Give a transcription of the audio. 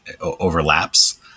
overlaps